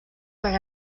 per